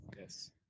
yes